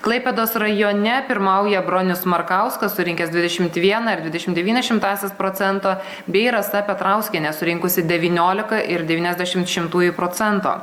klaipėdos rajone pirmauja bronius markauskas surinkęs dvidešimt vieną ir dvidešimt devynias šimtąsias procento bei rasa petrauskienė surinkusi devyniolika ir devyniasdešimt šimtų procento